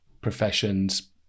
professions